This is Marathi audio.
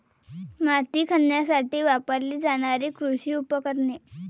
माती खणण्यासाठी वापरली जाणारी कृषी उपकरणे